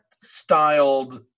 styled